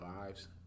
lives